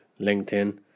LinkedIn